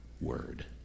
word